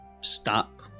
stop